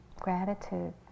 gratitude